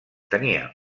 tenia